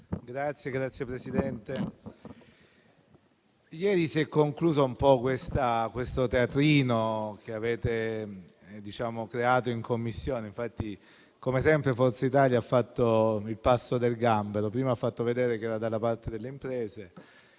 Signor Presidente, ieri si è concluso il teatrino che avete creato in Commissione. Come sempre Forza Italia ha fatto il passo del gambero: prima ha fatto vedere che era dalla parte delle imprese